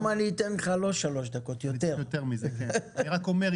אני רק אומר,